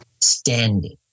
standing